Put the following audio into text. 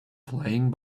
playing